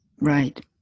Right